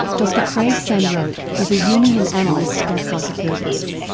dr craig san roque is a jungian analyst and psychotherapist.